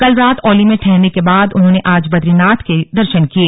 कल रात औली में ठहरने के बाद उन्होंने आज बदरीनाथ के दर्शन किये